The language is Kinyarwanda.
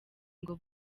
ngo